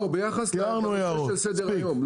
לא, ביחס לנושא שעל סדר היום.